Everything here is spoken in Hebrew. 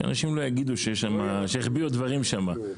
שאנשים לא יגידו שהחביאו דברים שם.